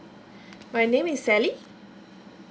my name is sally